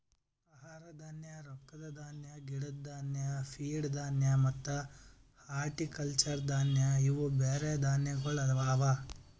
ಆಹಾರ ಧಾನ್ಯ, ರೊಕ್ಕದ ಧಾನ್ಯ, ಗಿಡದ್ ಧಾನ್ಯ, ಫೀಡ್ ಧಾನ್ಯ ಮತ್ತ ಹಾರ್ಟಿಕಲ್ಚರ್ ಧಾನ್ಯ ಇವು ಬ್ಯಾರೆ ಧಾನ್ಯಗೊಳ್ ಅವಾ